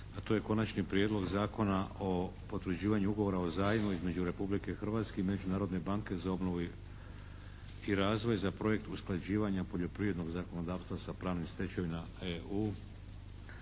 a to je - Konačni prijedlog Zakona o potvrđivanju Ugovora o zajmu između Republike Hrvatske i Međunarodne banke za obnovu i razvoj za projekt usklađivanja poljoprivredno zakonodavstva s pravnom stečevinom EU,